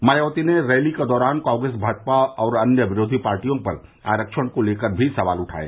मायावती ने रैली के दौरान कांग्रेस भाजपा और अन्य विरोधी पार्टियों पर आरक्षण को लेकर भी सवाल उठाये